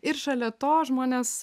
ir šalia to žmonės